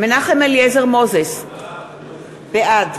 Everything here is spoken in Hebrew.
מנחם אליעזר מוזס, בעד